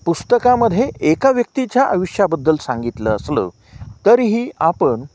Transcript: पुस्तकामध्ये एका व्यक्तीच्या आयुष्याबद्दल सांगितलं असलं तरीही आपण